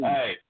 Hey